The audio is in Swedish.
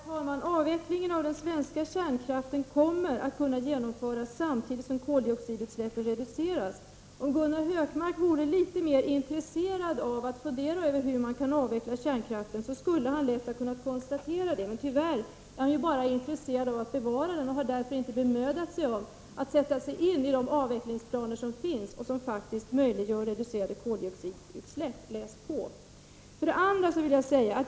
Herr talman! Avvecklingen av den svenska kärnkraften kommer att kunna genomföras samtidigt som koldioxidutsläppen reduceras. Om Gunnar Hökmark vore litet mer intresserad av att fundera över hur man kan avveckla kärnkraften, så skulle han lätt ha kunnat konstatera det. Men tyvärr är han ju bara intresserad av att bevara den och har därför inte bemödat sig om att sätta sig in i de avvecklingsplaner som finns och som faktiskt möjliggör reducerade koldioxidutsläpp. Läs på!